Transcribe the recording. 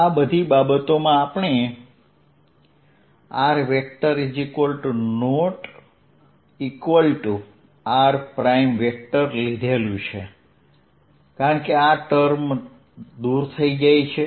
આ બધી બાબતોમાં આપણે r લીધેલું છે કારણ કે આ ટર્મ દૂર થઈ જાય છે